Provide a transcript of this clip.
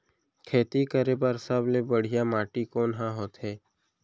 खेती करे बर सबले बढ़िया माटी कोन हा होथे?